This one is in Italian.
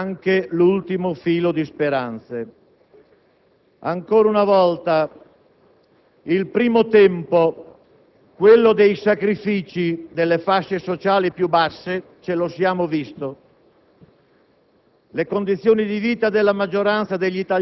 rischiamo di recidere anche l'ultimo filo di speranze. Ancora una volta il primo tempo, quello dei sacrifici delle fasce sociali più basse, ce lo siamo visto.